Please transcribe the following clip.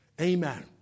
Amen